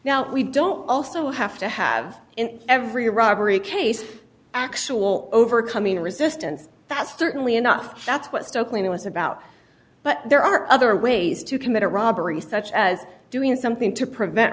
now we don't also have to have in every robbery case actual overcoming a resistance that's certainly enough that's what stokely was about but there are other ways to commit a robbery such as doing something to prevent